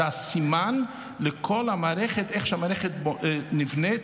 זה הסימן לכל המערכת איך שהמערכת נבנית